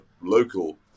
local